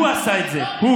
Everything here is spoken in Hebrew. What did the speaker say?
הוא עשה את זה.